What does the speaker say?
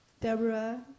Deborah